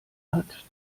hat